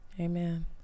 Amen